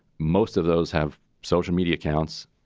most of those have social media accounts.